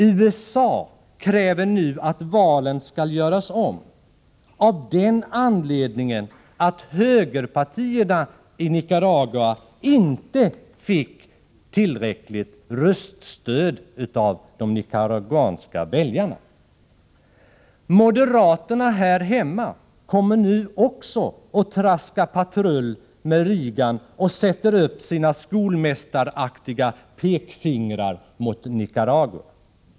USA kräver nu att valen skall göras om av den anledningen att högerpartierna i Nicaragua inte fick tillräckligt röststöd av de nicaraguanska väljarna. Moderaterna här hemma kommer nu också och traskar patrull med Reagan och sätter upp sina skolmästaraktiga pekfingrar mot Nicaragua.